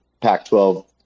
Pac-12